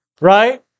right